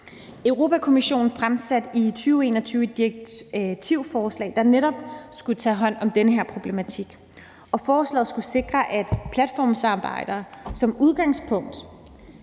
Europa-Kommissionen fremsatte i 2021 et direktivforslag, der netop skulle tage hånd om denne her problematik, og forslaget skulle sikre, at platformsarbejdere som udgangspunkt